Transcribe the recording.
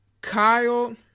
Kyle